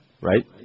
Right